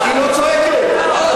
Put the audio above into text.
הנה, בבקשה.